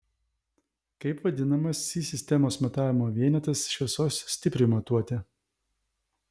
kaip vadinamas si sistemos matavimo vienetas šviesos stipriui matuoti